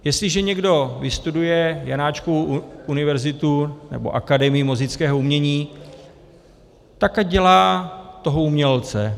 Jestliže někdo vystuduje Janáčkovu univerzitu nebo Akademii múzických umění, tak ať dělá toho umělce;